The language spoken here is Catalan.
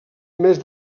més